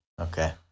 Okay